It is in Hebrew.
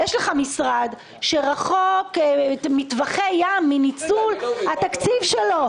ופה יש לך משרד שרחוק מאוד מניצול התקציב שלו,